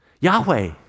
Yahweh